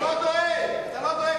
אתה לא דואג, אתה לא דואג.